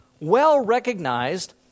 well-recognized